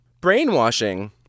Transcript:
Brainwashing